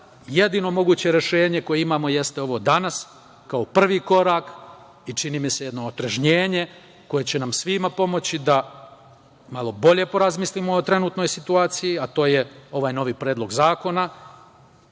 jedino moguće rešenje koje imamo jeste ovo danas, kao prvi korak i čini mi se jedno otrežnjenje koje će nam svima pomoći da malo bolje porazmislimo o trenutnoj situaciji, a to je ovaj novi predlog zakona